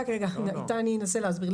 אני אנסה להסביר.